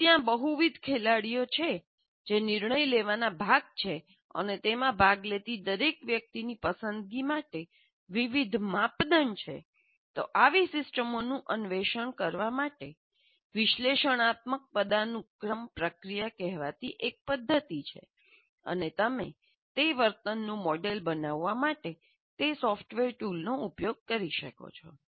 જો ત્યાં બહુવિધ ખેલાડીઓ છે જે નિર્ણય લેવાનો ભાગ છે અને તેમાં ભાગ લેતી દરેક વ્યક્તિની પસંદગી માટે વિવિધ માપદંડ છે તો આવી સિસ્ટમોનું અન્વેષણ કરવા માટે વિશ્લેષણાત્મક પદાનુક્રમ પ્રક્રિયા કહેવાતી એક પદ્ધતિ છે અને તમે તે વર્તનનું મોડેલ બનાવવા માટે તે સોફ્ટવેર ટૂલનો ઉપયોગ કરી શકો છો